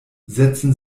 setzen